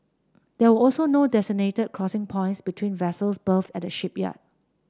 there were also no designated crossing points between vessels berthed at the shipyard